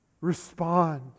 respond